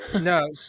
No